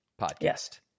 podcast